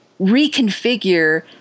reconfigure